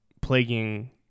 plaguing